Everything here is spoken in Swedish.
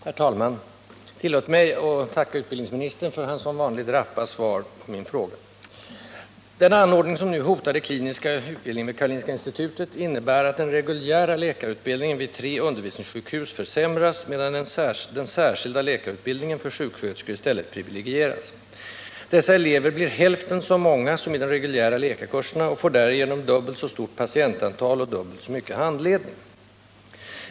Herr talman! Tillåt mig att tacka utbildningsministern för hans som vanligt rappa svar. Den anordning som nu hotar den kliniska utbildningen vid Karolinska institutet innebär att den reguljära läkarutbildningen vid tre undervisningssjukhus försämras, medan den särskilda läkarutbildningen för sjuksköterskor i stället privilegieras. Eleverna vid den särskilda utbildningen blir hälften så många som i de reguljära läkarkurserna och får därigenom dubbelt så stort patientantal och dubbelt så mycket handledning.